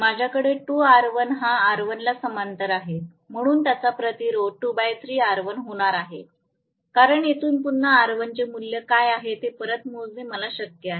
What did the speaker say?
माझ्याकडे 2 R1 हा R1 ला समांतर आहे म्हणून त्याचा प्रतिरोध 23 R1 होणार आहे कारण येथून पुन्हा R1 चे मूल्य काय आहे हे परत मोजणे मला शक्य आहे